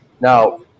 Now